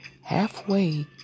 halfway